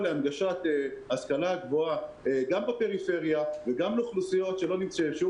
להנגשת ההשכלה גבוהה גם בפריפריה וגם לאוכלוסיות ששיעור